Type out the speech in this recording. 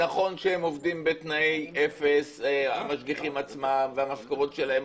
נכון שהם עובדים בתנאי אפס המשגיחים עצמם והמשכורות שלהם